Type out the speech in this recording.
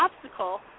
obstacle